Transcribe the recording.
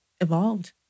evolved